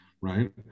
right